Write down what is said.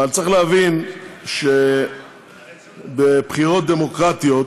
אבל צריך להבין שבבחירות דמוקרטיות,